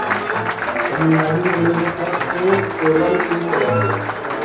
तमिलनाडु में लोग फ़र्श को कोलम से सजाते हैं